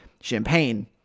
champagne